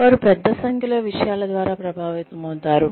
వారు పెద్ద సంఖ్యలో విషయాల ద్వారా ప్రభావితమవుతారు